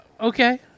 Okay